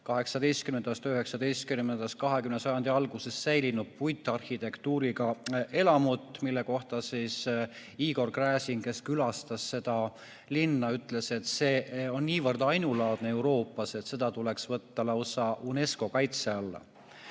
19., 20. sajandi algusest säilinud puitarhitektuuriga elamud, mille kohta Igor Gräzin, kes külastas seda linna, ütles, et see on niivõrd ainulaadne Euroopas, et see tuleks võtta lausa UNESCO kaitse alla. Aga